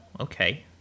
okay